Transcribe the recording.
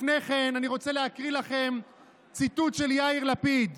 לפני כן אני רוצה להקריא לכם ציטוט של יאיר לפיד: